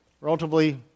relatively